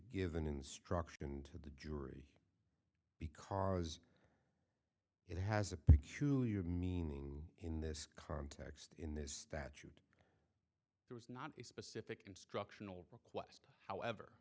give an instruction to the jury because it has a peculiar meaning in this context in this statute it was not a specific instructional request however